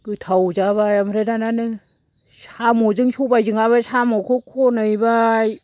गोथाव जाबाय आमफ्राय दाना नों साम'जों सबायजोंआबो साम'खौ खनहैबाय